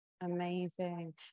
Amazing